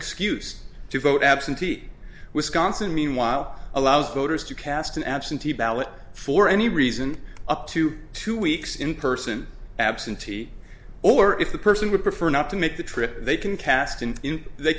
excuse to vote absentee wisconsin meanwhile allows voters to cast an absentee ballot for any reason up to two weeks in person absentee or if the person would prefer not to make the trip they can cast and they